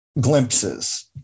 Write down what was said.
glimpses